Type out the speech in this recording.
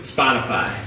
Spotify